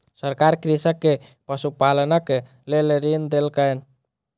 सरकार कृषक के पशुपालनक लेल ऋण देलकैन